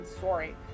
sorry